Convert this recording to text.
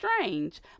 strange